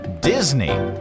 Disney